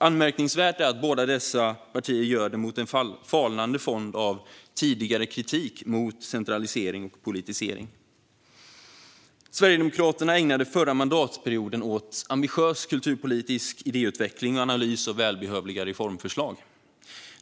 Anmärkningsvärt är att båda dessa partier gör det mot en falnande fond av tidigare kritik mot centralisering och politisering. Sverigedemokraterna ägnade förra mandatperioden åt ambitiös kulturpolitisk idéutveckling och analys av välbehövliga reformförslag.